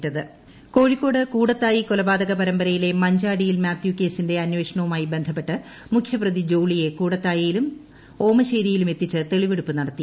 കൂടത്തായി കൊലപാതക കേസ് കോഴിക്കോട് കൂടത്തായി കൊലപാതക പരമ്പരയിലെ മഞ്ചാടിയിൽ മാത്യുക്കേസിന്റെ അന്വേഷണവുമായി ബന്ധപ്പെട്ട് മുഖ്യപ്രതി ജോളിയെ കൂടത്തായിയിലും ഓമശ്ശേരിയിലുമെത്തിച്ച് തെളിവെടുപ്പ് നടത്തി